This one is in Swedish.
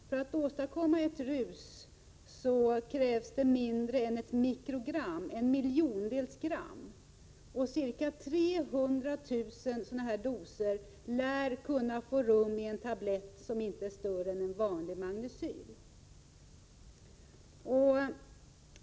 För att åstadkomma ett rus krävs mindre än ett mikrogram, en miljondels gram. Ca 300 000 doser lär kunna få rum i en tablett som inte är större än en vanlig Magnecyltablett.